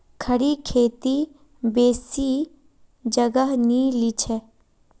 खड़ी खेती बेसी जगह नी लिछेक